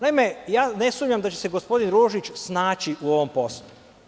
Naime, ne sumnjam da će se gospodin Ružić snaći u ovom poslu.